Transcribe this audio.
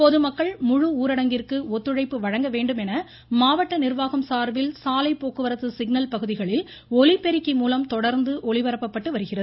பொதுமக்கள் முழு ஊரடங்கிற்கு ஒத்துழைப்பு வழங்க வேண்டும் என மாவட்ட நிர்வாகம் சார்பில் சாலைப் போக்குவரத்து சிக்னல் பகுதிகளில் ஒலிபெருக்கி மூலம் தொடா்ந்து ஒலிபரப்பப்பட்டு வருகிறது